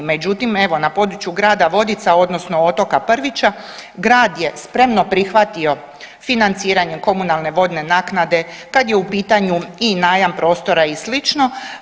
Međutim, evo na području grada Vodica odnosno otoka Prvića grad je spremno prihvatio financiranje komunalne vodne naknade kad je u pitanju i najam prostora i slično.